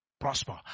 prosper